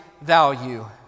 value